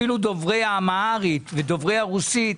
אפילו דוברי האמהרית והרוסית,